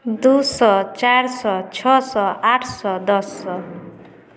दो सौ चार सौ छः सौ आठ सौ दस सौ